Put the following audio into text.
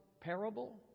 parable